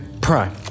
prime